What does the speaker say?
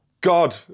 God